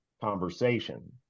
conversation